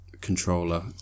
controller